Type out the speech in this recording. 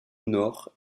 nord